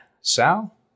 Sal